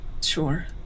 Sure